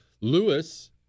Lewis